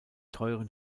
teuren